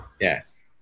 yes